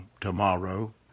tomorrow